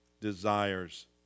desires